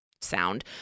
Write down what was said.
sound